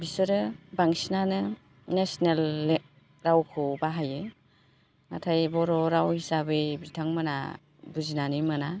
बिसोरो बांसिनानो नेशनेल रावखौ बाहायो नाथाय बर' राव हिसाबै बिथांमोनहा बुजिनानै मोना